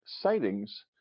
sightings